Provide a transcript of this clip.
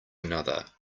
another